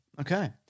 Okay